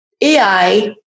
AI